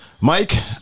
Mike